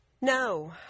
No